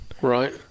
Right